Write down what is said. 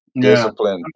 Discipline